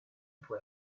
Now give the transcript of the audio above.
può